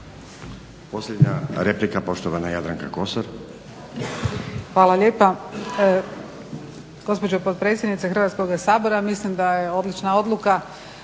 Posljednja replika, poštovana Jadranka Kosor.